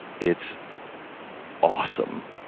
it's awesome.